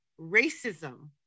racism